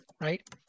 right